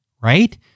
right